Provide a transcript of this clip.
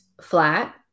flat